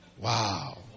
Wow